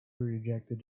rejected